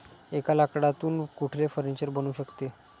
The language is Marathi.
एका लाकडातून कुठले फर्निचर बनू शकते?